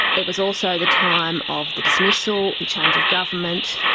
it was also the time of the dismissal, the change of government.